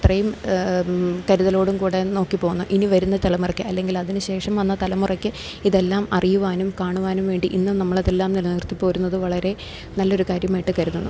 അത്രയും കരുതലോടും കൂടെ നോക്കി പോകുന്നു ഇനി വരുന്ന തലമുറക്ക് അല്ലെങ്കിൽ അതിന് ശേഷം വന്ന തലമുറയ്ക്ക് ഇതെല്ലാം അറിയുവാനും കാണുവാനും വേണ്ടി ഇന്നും നമ്മളതെല്ലാം നിലനിർത്തി പോരുന്നത് വളരെ നല്ലൊരു കാര്യമായിട്ട് കരുതുന്നു